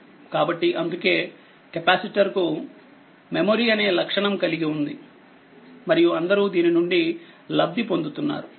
కాబట్టి అందుకేకెపాసిటర్ కు మెమరీ అనే లక్షణం కలిగి ఉంది మరియు అందరూ దీని నుండి లబ్ది పొందుతున్నారు